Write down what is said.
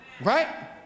Right